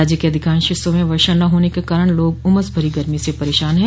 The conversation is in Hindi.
राज्य के अधिकांश हिस्सों में वर्षा न होने के कारण लोग उमस भरी गर्मी से परेशान है